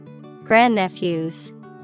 Grandnephews